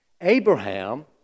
Abraham